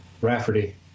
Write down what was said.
Rafferty